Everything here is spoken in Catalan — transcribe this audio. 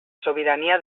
sobirania